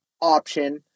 option